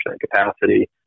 capacity